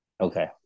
Okay